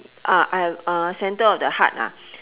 uh I have uh centre of the hut ah